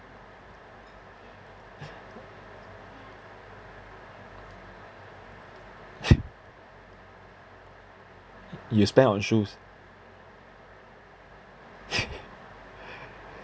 you spend on shoes